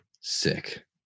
sick